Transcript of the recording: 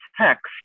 text